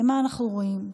ומה אנחנו רואים?